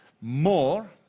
More